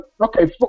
okay